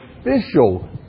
official